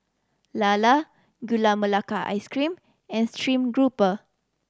lala Gula Melaka Ice Cream and stream grouper